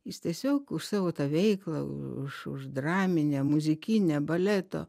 jis tiesiog už savo tą veiklą už už draminę muzikinę baleto